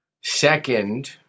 second